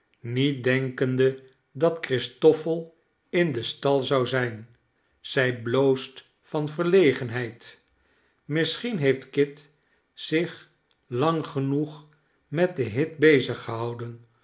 niet denkende dat christoffel in den stal zou zijn zij bloost van verlegenheid misschien heeft kit zich lang genoeg met den hit